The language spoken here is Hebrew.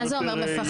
מה זה אומר מפחדים?